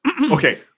Okay